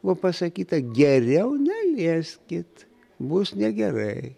buvo pasakyta geriau nelieskit bus negerai